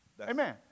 Amen